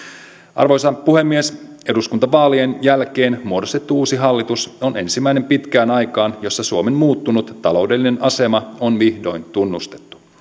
arvoisa puhemies eduskuntavaalien jälkeen muodostettu uusi hallitus on ensimmäinen pitkään aikaan jossa suomen muuttunut taloudellinen asema on vihdoin tunnustettu